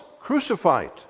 crucified